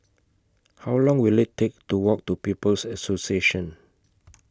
How Long Will IT Take to Walk to People's Association